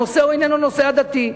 הנושא איננו נושא עדתי.